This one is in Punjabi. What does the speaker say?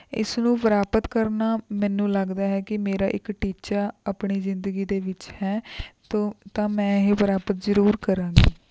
ਇਸ ਨੂੰ ਪ੍ਰਾਪਤ ਕਰਨਾ ਮੈਨੂੰ ਲੱਗਦਾ ਹੈ ਕਿ ਮੇਰਾ ਇੱਕ ਟੀਚਾ ਆਪਣੀ ਜ਼ਿੰਦਗੀ ਦੇ ਵਿੱਚ ਹੈ ਤੋਂ ਤਾਂ ਮੈਂ ਇਹ ਪ੍ਰਾਪਤ ਜ਼ਰੂਰ ਕਰਾਂਗੀ